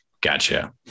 Gotcha